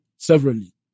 severally